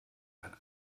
ein